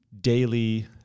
daily